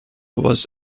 was